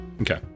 Okay